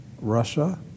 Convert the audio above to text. Russia